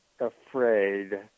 afraid